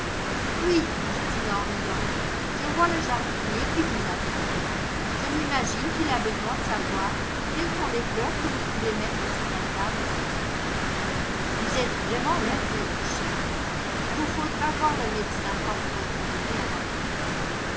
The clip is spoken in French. oui dit-il en riant je vois le jardinier qui vous attend je m'imagine qu'il a besoin de savoir quelles sont les fleurs que vous voulez mettre sur la table ce soir vous êtes vraiment nerveux mon cher il vous faudra voir le médecin quand vous retournerez à la ville